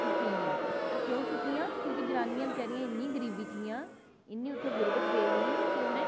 ओह् छुप्पी गेइयां ओह् केंह् छुप्पियां कि जनानीं बेचारी इन्नी गरीब थी हियां ते इंया इत्थें गुरबत पेदी की इत्थें